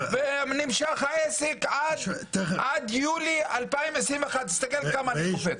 העסק נמשך עד יולי 2021. תסתכל כמה אני קופץ.